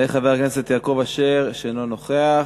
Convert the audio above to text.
יעלה חבר הכנסת יעקב אשר, אינו נוכח.